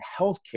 healthcare